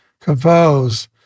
compose